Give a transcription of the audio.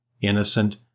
innocent